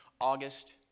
August